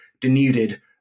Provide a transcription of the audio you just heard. denuded